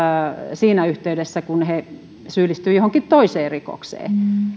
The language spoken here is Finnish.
siinä yhteydessä kun he syyllistyvät johonkin toiseen rikokseen